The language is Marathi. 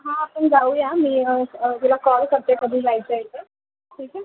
हां आपण जाऊया मी तुला कॉल करते कधी जायचं आहे ते ठीक आहे